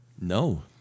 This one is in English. No